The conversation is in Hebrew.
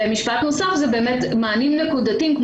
ברשותך: מענים נקודתיים,